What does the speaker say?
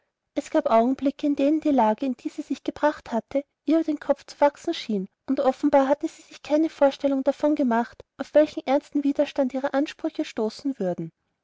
es gab augenblicke in denen die lage in die sie sich gebracht hatte ihr über den kopf zu wachsen schien und offenbar hatte sie sich keine vorstellung davon gemacht auf welch ernsten widerstand ihre ansprüche stoßen würden